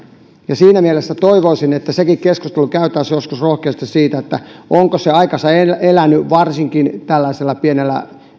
ja siinä mielessä toivoisin että sekin keskustelu käytäisiin joskus rohkeasti siitä onko se aikansa elänyt varsinkin tällaisella pienellä